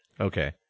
Okay